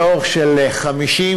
באורך של 50,